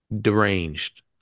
deranged